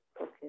okay